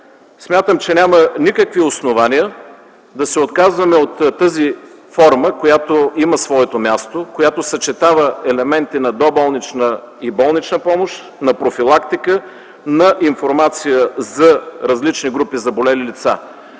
Смятам, че няма никакви основания да се отказваме от тази форма, която има своето място и която съчетава елементи на болнична и доболнична помощ, на профилактика, на информация за различни групи заболели лица.